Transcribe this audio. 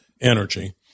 energy